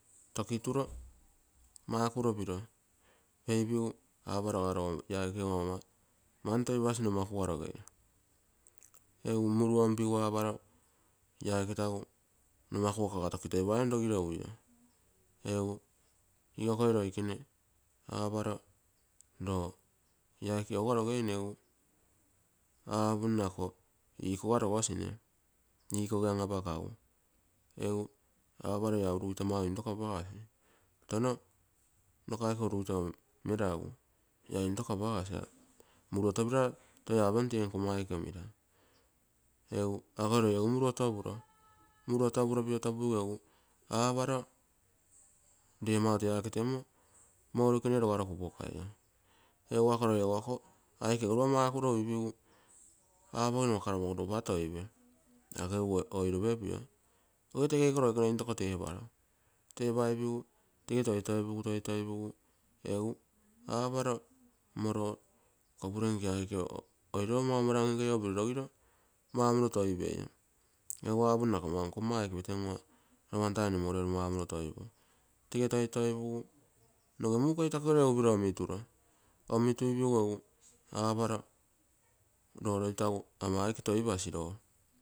Tokituro makuro piro, peipigu aparo aga roo ia aikego ama manitoipasi numakuga rogei, egu muruon pigu aparo ro tagu ia aike numakuga kaga tokitoipaine numakuga rogiro ui. Egu lokoi loikene aparo roo ia aike auga rogeine, egu apunno ako ikoga rogosine, ikoge an, apakagu, egu aparo ia urugito mau intoko apagasi, tono nakaike urugito meragu ia muruotopira toi apem tee nkaa aike omere. Egu ako roi egu muruotopuro, muruotopuigu aparo tee mau tee rigga aike temmo mouekene rogaro kupokai. Egu ako loi egu aike lopa niakuru aipigu apogino mako lopaa toipe ako egu oiropepio. Ogetege iko loike into teparo, tepaipuipigu toitoipugu, toitoipu, aparo mmo roo kopurenkee oiro la aike mau mara nke, nkei ogo oiro mau piro rogiro toipei, apunno ako mau nkaa aike petengua lopa tai mounege maumoro toipo tege toitopugu noge muukuitako gene piro omituro, omituipigu aparo roo roi tegu ama aike toipasi.